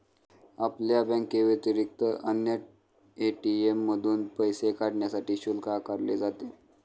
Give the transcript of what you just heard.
आपल्या बँकेव्यतिरिक्त अन्य ए.टी.एम मधून पैसे काढण्यासाठी शुल्क आकारले जाते